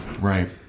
Right